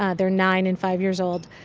ah they're nine and five years old.